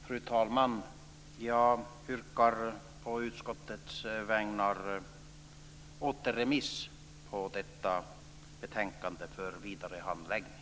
Fru talman! Jag yrkar på utskottets vägnar återremiss av detta betänkande för vidare handläggning.